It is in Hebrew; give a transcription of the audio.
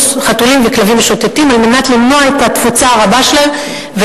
חתולים וכלבים משוטטים על מנת למנוע את התפוצה הרבה שלהם,